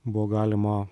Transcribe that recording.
buvo galima